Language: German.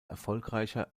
erfolgreicher